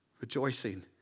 rejoicing